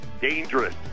Dangerous